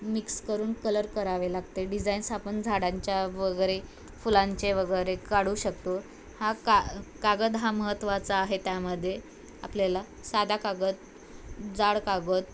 mix करून colour करावे लागते डिझाईन्स आपण झाडांच्या वगैरे फुलांचे वगैरे काढू शकतो हा का कागद हा महत्त्वाचा आहे त्यामध्ये आपल्याला साधा कागद जाड कागद